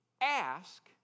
ask